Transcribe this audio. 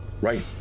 Right